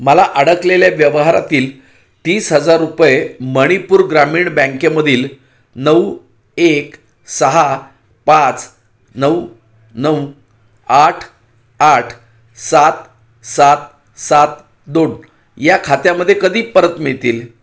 मला अडकलेल्या व्यवहारातील तीस हजार रुपये मणिपूर ग्रामीण बँकेमधील नऊ एक सहा पाच नऊ नऊ आठ आठ सात सात सात दोन या खात्यामध्ये कधी परत मिळतील